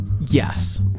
Yes